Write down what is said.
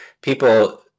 people